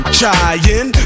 trying